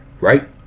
right